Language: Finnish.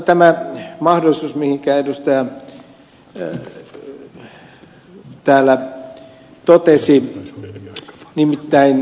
tämä mahdollisuus minkä täällä ed